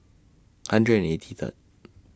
hundred and eighty Third